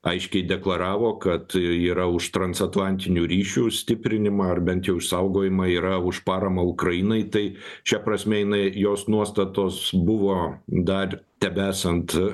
aiškiai deklaravo kad yra už transatlantinių ryšių stiprinimą ar bent jau išsaugojimą yra už paramą ukrainai tai šia prasme jinai jos nuostatos buvo dar tebesant